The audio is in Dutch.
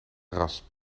rasp